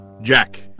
Jack